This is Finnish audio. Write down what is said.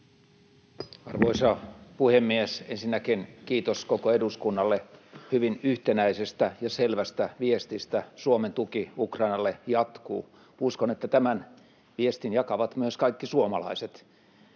Arvoisa puhemies! Ensinnäkin kiitos koko eduskunnalle hyvin yhtenäisestä ja selvästä viestistä. Suomen tuki Ukrainalle jatkuu. Uskon, että tämän viestin jakavat myös kaikki suomalaiset,